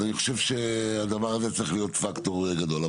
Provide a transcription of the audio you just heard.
אז אני חושב שהדבר הזה צריך להיות פקטור גדול.